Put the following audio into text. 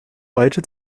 heute